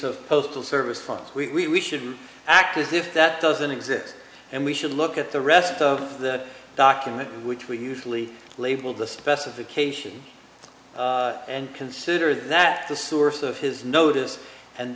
of postal service folks we should act as if that doesn't exist and we should look at the rest of the document which we usually labeled the specification and consider that the source of his notice and